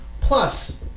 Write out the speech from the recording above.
plus